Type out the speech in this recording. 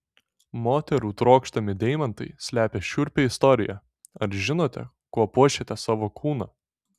moterų trokštami deimantai slepia šiurpią istoriją ar žinote kuo puošiate savo kūną